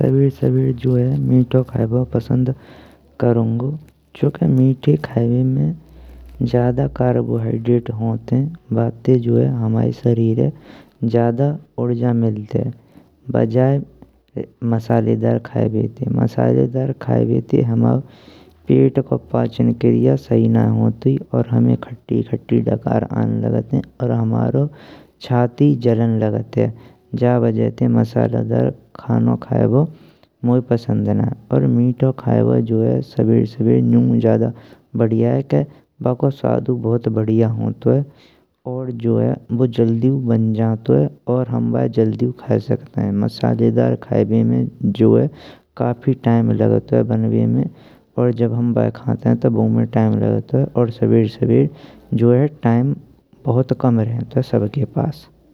सबेरे सबेरे जो है मीठो खायेबो पसंद करुंगो। चूँकि मीठे खायबे में ज्यादा कार्बोहाइड्रेट होताइये। बाते जो जाय हमाए सरीरे ज्यादा उर्जा मिलत्ये वजेये मसालेदार खायबे ते मसालेदार खायबे ते हमईयो पेट को पाचन क्रिया सही नइये होतुई। और हमे खटी खटी डकार आन लागतियें और हमारो छाती जलन लागताइये, जाये वजह ते मसालोदर खानो खायेबो मोय पसंद नइये और मीठो खायेबो। सबेरे सबेरे नु ज्यादा बढ़िया के बाक्यो स्वाद होय बहुत बढ़िया होँतुईये और जो है बु जल्दीयु बन जातुंये और हम बाये जल्दीयु खाइये सकत हैं। मसालेदार खाने बे जो है काफी टाइम लागतुईये बनवे में और जब हम बाये खान्ताइये बाउ में टाइम लागतुंये और सबेरे सबेरे टाइम जो है बहुत कम रहन्तुईये सबके पास।